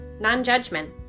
non-judgment